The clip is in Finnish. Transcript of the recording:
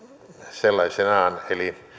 sellaisinaan eli